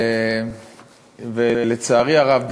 לצערי הרב,